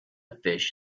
fish